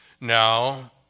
Now